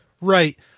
Right